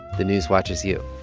the news watches you